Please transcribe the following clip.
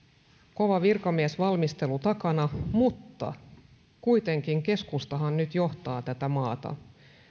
kova virkamiesvalmistelu takana mutta kuitenkin keskustahan nyt johtaa tätä maata